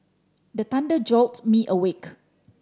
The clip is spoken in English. the thunder jolt me awake